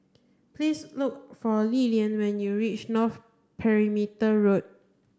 please look for Lilian when you reach North Perimeter Road